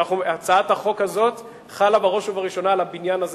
הצעת החוק הזו חלה בראש ובראשונה על הבניין הזה.